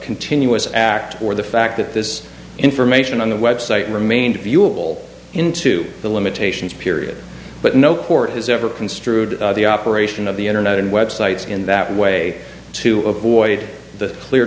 continuous act or the fact that this information on the website remained viewable into the limitations period but no court has ever construed the operation of the internet and web sites in that way to avoid the clear